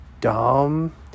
dumb